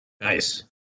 Nice